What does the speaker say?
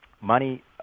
money